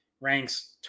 ranks